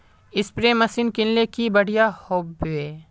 Spray machine किनले की बढ़िया होबवे?